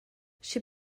she